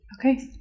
Okay